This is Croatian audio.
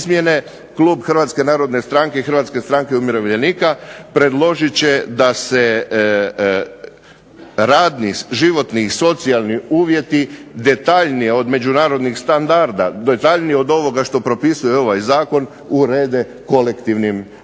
izmjene klub Hrvatske narodne stranke i Hrvatske stranke umirovljenika predložit će da se radni, životni i socijalni uvjeti detaljnije od međunarodnih standarda, detaljnije od ovoga što propisuje ovaj zakon, urede kolektivnim u